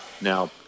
Now